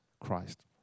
Christ